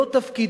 לא תפקיד